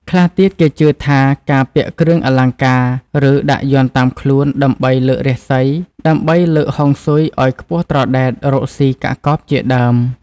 ខ្លះទៀតគេជឿថាការពាក់គ្រឿងអលង្ការឬដាក់យ័ន្តតាមខ្លួនដើម្បីលើករាសីដើម្បីលើកហុងស៊ុយឲ្យខ្ពស់ត្រដែត រកសុីកាក់កបជាដើម